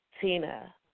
Tina